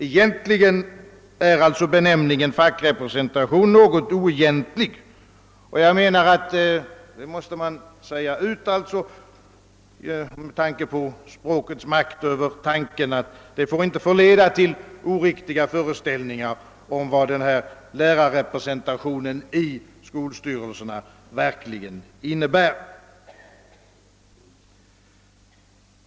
Egentligen är alltså benämningen fackrepresentation inte helt korrekt och den får inte genom språkets makt över tanken leda till oriktiga föreställningar om vad lärarrepresentationen i skolstyrelserna verkligen innebär.